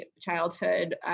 childhood